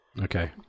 okay